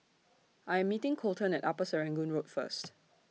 I Am meeting Colten At Upper Serangoon Road First